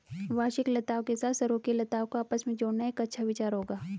वार्षिक लताओं के साथ सरू की लताओं को आपस में जोड़ना एक अच्छा विचार होगा